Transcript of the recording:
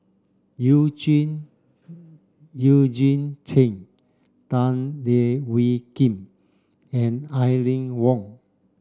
Eugene Eugene Chen Tan Leo Wee Hin and Aline Wong